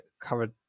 covered